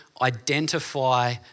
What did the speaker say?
identify